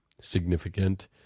significant